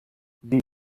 die